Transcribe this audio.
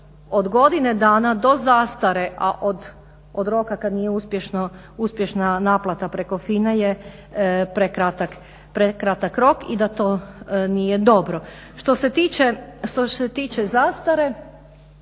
od godine dana do zastare, a od roka kada nije uspješna naplata preko FINA-e je prekratak rok i da to nije dobro. Što se tiče zastare,